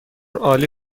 عالی